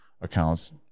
accounts